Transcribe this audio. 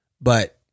but-